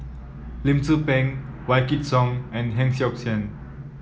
Lim Tze Peng Wykidd Song and Heng Siok Tian